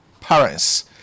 parents